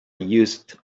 used